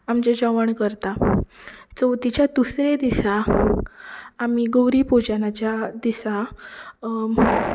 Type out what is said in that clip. आमचें जेवण करता चवथीच्या दुसरे दिसा आमी गौरी पुजनाच्या दिसा